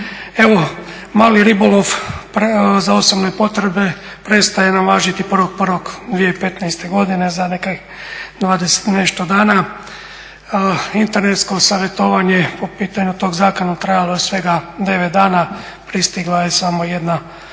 Evo mali ribolov za osobne potrebe prestaje nam važiti 1.1.2015. godine za nekih 20 i nešto dana. Internetsko savjetovanje o pitanju toga zakona trajalo je svega 9 dana pristigla je samo jedna